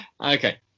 Okay